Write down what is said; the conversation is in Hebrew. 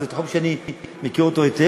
זה תחום שאני מכיר היטב,